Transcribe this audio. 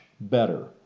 better